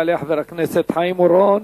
יעלה חבר הכנסת חיים אורון.